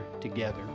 together